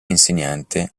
insegnante